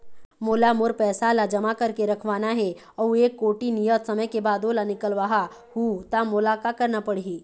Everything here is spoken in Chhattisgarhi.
मोला मोर पैसा ला जमा करके रखवाना हे अऊ एक कोठी नियत समय के बाद ओला निकलवा हु ता मोला का करना पड़ही?